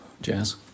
jazz